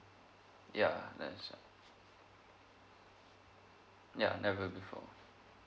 ya that's ya never before